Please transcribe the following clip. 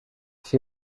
she